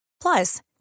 Plus